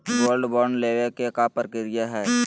Gold bond लेवे के का प्रक्रिया हई?